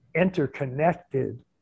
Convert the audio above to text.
interconnected